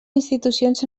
institucions